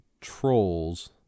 trolls